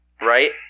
right